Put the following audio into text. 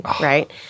right